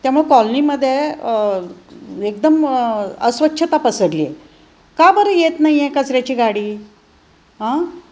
त्यामुळं कॉलनीमध्ये एकदम अस्वच्छता पसरली आहे का बरं येत नाही आहे कचऱ्याची गाडी आं